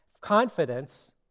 Confidence